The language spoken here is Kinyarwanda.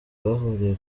bahuriye